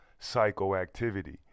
psychoactivity